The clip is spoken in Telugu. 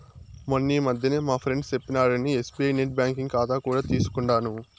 మొన్నీ మధ్యనే మా ఫ్రెండు సెప్పినాడని ఎస్బీఐ నెట్ బ్యాంకింగ్ కాతా కూడా తీసుకుండాను